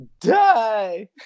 Die